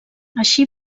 així